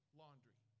laundry